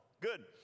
Good